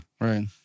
Right